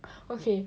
okay